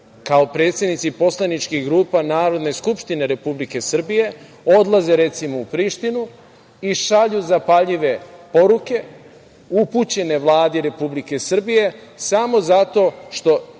kao predsednici poslaničkih grupa Narodne skupštine Republike Srbije odlaze, recimo, u Prištinu i šalju zapaljive poruke upućene Vladi Republike Srbije, samo zato što